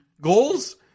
goals